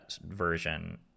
version